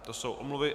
To jsou omluvy.